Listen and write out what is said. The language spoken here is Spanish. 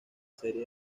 serie